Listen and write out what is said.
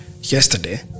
Yesterday